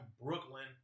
Brooklyn